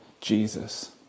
Jesus